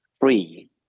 free